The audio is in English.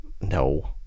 No